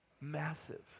Massive